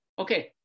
okay